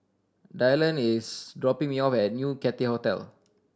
Dylan is dropping me off at New Cathay Hotel